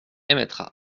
émettra